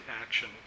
action